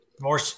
More